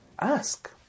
ask